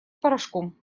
порошком